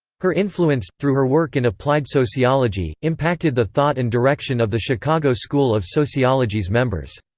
her influence, through her work in applied sociology, impacted the thought and direction of the chicago school of sociology's members.